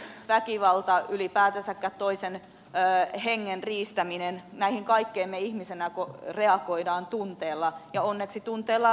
rattijuopumus väkivalta ylipäätänsäkään toisen hengen riistäminen näihin kaikkiin me ihmisinä reagoimme tunteella ja onneksi tunteella reagoidaankin